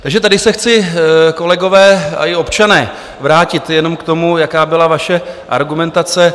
Takže tady se chci, kolegové i občané, vrátit jenom k tomu, jaká byla vaše argumentace.